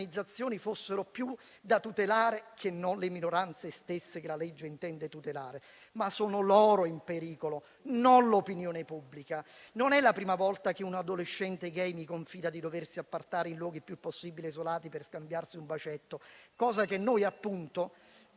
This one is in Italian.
fossero più da tutelare che non le minoranze stesse che la legge intende tutelare. Ma sono loro in pericolo, non l'opinione pubblica. Non è la prima volta che un adolescente *gay* mi confida di doversi appartare in luoghi il più possibile isolati per scambiarsi un bacetto, cosa che noi appunto»